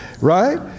right